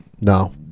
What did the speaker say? No